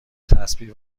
تسبیح